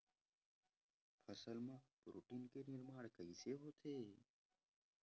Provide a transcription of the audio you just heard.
फसल मा प्रोटीन के निर्माण कइसे होथे?